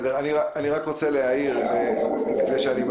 אני רוצה להעיר שלדעתי כבר